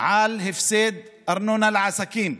על הפסד ארנונה מעסקים,